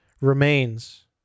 Remains